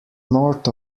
north